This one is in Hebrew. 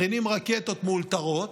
מכינים רקטות מאולתרות,